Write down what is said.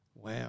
Wow